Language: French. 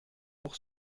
pour